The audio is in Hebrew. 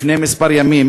לפני כמה ימים,